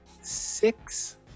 six